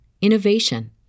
innovation